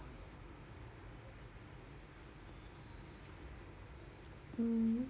mm